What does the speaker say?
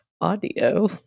audio